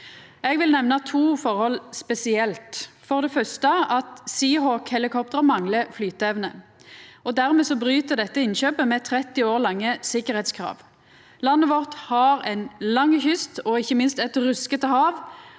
Eg vil nemna to forhold spesielt. For det første manglar Seahawk-helikopteret flyteevne, og dermed bryt dette innkjøpet med 30 år gamle sikkerheitskrav. Landet vårt har ein lang kyst og ikkje minst eit ruskete hav,